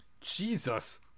Jesus